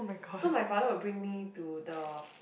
so my father will bring me to the